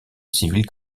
civile